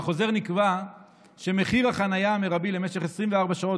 בחוזר נקבע שמחיר החניה המרבי למשך 24 שעות